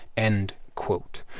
end quote.